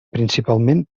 principalment